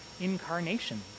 incarnation